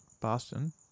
Boston